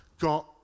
got